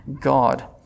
God